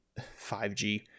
5G